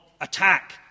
attack